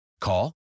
Call